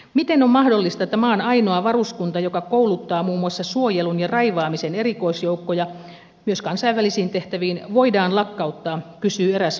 miten on mahdollista että maan ainoa varuskunta joka kouluttaa muun muassa suojelun ja raivaamisen erikoisjoukkoja myös kansainvälisiin tehtäviin voidaan lakkauttaa kysyy eräs puoliso